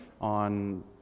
on